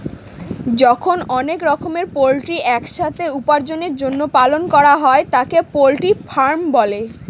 যখন অনেক রকমের পোল্ট্রি এক সাথে উপার্জনের জন্য পালন করা হয় তাকে পোল্ট্রি ফার্মিং বলে